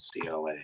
CLA